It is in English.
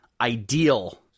ideal